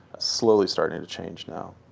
slowly starting to change now.